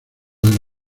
del